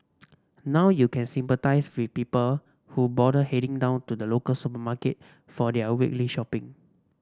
now you can sympathise with people who bother heading down to the local supermarket for their weekly shopping